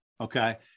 okay